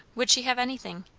would she have anything?